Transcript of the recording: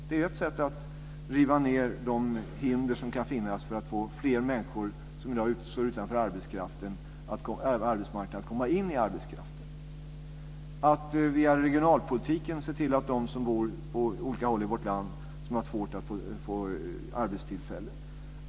Det är en väg att riva ned de hinder som kan finnas för att få fler människor som i dag står utanför arbetsmarknaden att komma in i arbetskraften. Vi vill via regionalpolitiken hjälpa dem som på olika håll i vårt land har svårt att få arbete.